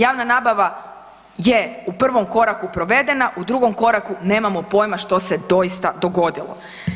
Javna nabave je u prvom koraku provedena, u drugom koraku nemamo poima što se doista dogodilo.